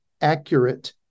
accurate